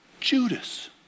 Judas